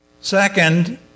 Second